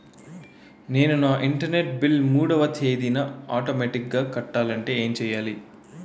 నేను నా internet bill మూడవ తేదీన ఆటోమేటిగ్గా కట్టాలంటే ఏం చేయాలి?